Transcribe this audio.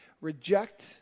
reject